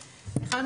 אחד,